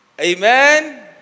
Amen